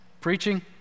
preaching